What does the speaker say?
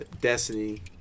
Destiny